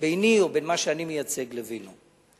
ביני ובין מה שאני מייצג לבינו.